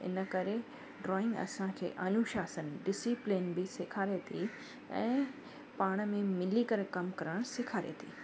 इन करे ड्राइंग असांखे अनुशासन डिसीप्लिन बि सेखारे थी ऐं पाण में मिली करे कम करण सिखारे थी